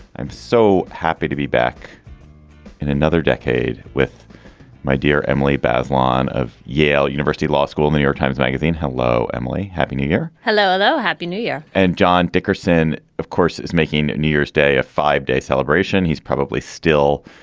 i'm so happy to be back in another decade with my dear emily bazelon of yale university law school, new york times magazine. hello, emily. happy new year. hello. happy new year and john dickerson, of course, is making new year's day a five day celebration. he's probably still,